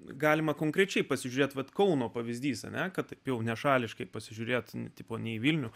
galima konkrečiai pasižiūrėti vat kauno pavyzdys tame kad jau nešališkai pasižiūrėtumei į tipo ne į vilnių